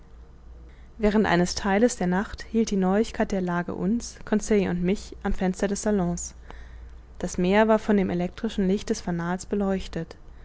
während eines theiles der nacht hielt die neuheit der lage uns conseil und mich am fenster des salons das meer war von dem elektrischen licht des fanals beleuchtet